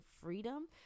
freedom